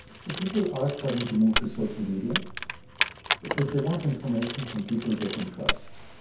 so people are starting to move to social media because they want information from people they can trust.